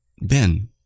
Ben